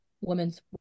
Women's